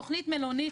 תכנית מלונית,